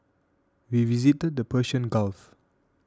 we visited the Persian Gulf